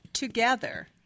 Together